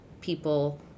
people